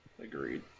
agreed